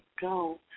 go